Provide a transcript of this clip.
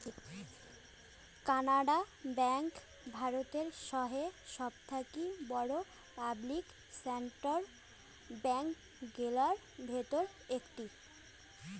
Canara bank ভারতের হসে সবথাকি বড়ো পাবলিক সেক্টর ব্যাঙ্ক গিলার ভিতর একটি